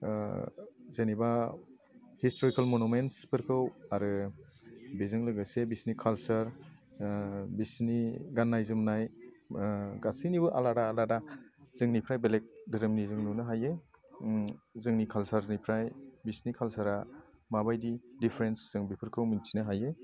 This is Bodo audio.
जेनेबा हिसटरिकेल मन'मेन्टसफोरखौ आरो बेजों लोगोसे बिसिनि कालचार बिसिनि गाननाय जोमनाय गासिनिबो आलादा आलादा जोंनिफ्राय बेलेग धोरोननि नुनो हायो जोंनि कालचारनिफ्राय बिसनि कालचारा माबायदि डिफारेन्ट जों बेफोरखौ मिथिनो हायो